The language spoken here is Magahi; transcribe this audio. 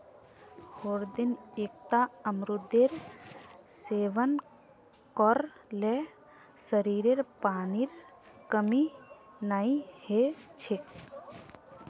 हरदिन एकता अमरूदेर सेवन कर ल शरीरत पानीर कमी नई ह छेक